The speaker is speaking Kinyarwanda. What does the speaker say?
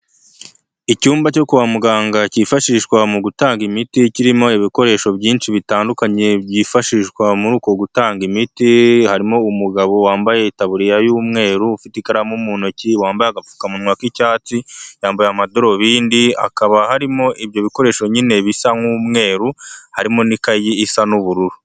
Icyumba cyo kwa muganga cyifashishwa mu gutanga imiti, kirimo ibikoresho byinshi bitandukanye byifashishwa muri uko gutanga imiti, harimo umugabo wambaye itaburiya y'umweru, ufite ikaramu mu ntoki, wambaye agapfukamunwa k'icyatsi, yambaye amadarubindi, hakaba harimo ibyo bikoresho nyine bisa nk'umweru harimo n'ikayi isa n'ubururu.